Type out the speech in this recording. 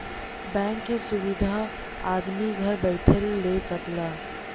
bank क सुविधा आदमी घर बैइठले ले सकला